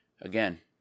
again